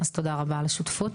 אז תודה רבה על השותפות.